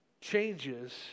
changes